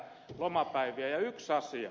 ja yksi asia